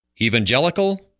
Evangelical